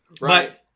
Right